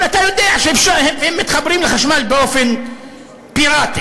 אבל אתה יודע שהם מתחברים לחשמל באופן פיראטי.